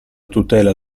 tutela